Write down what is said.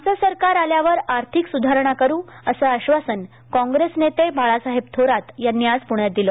आमच सरकार आल्यावर आर्थिक सुधारणा करू असं आश्वासन काँग्रेस नेते बाळासाहेब थोरात यांनी आज पुण्यात दिलं